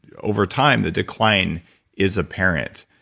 over time, the decline is apparent.